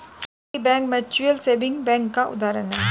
liberty bank mutual saving bank का उदाहरण है